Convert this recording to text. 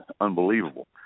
unbelievable